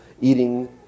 eating